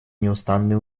неустанные